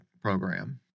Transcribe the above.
program